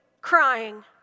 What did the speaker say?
crying